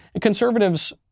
conservatives